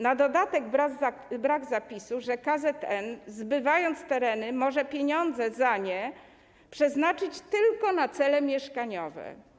Na dodatek brak zapisu, że KZN, zbywając tereny, może pieniądze za nie przeznaczyć tylko na cele mieszkaniowe.